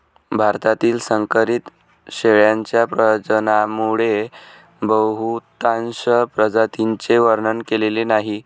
भारतातील संकरित शेळ्यांच्या प्रजननामुळे बहुतांश प्रजातींचे वर्णन केलेले नाही